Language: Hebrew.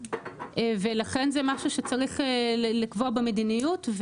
ולכן זה משהו שצריך לקבוע בו מדיניות.